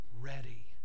ready